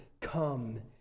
come